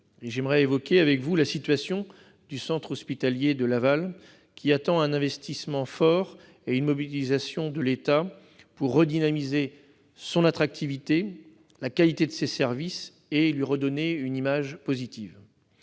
J'aimerais évoquer avec vous la situation du centre hospitalier de Laval, qui attend un investissement fort et une mobilisation de l'État pour redynamiser son attractivité, la qualité de ses services et lui redonner une image positive.